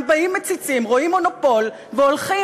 הם באים, מציצים, רואים מונופול והולכים.